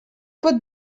pot